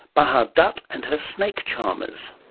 bahar dutt and her snake-charmers.